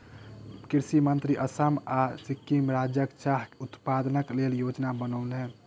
कृषि मंत्री असम आ सिक्किम राज्यक चाह उत्पादनक लेल योजना बनौलैन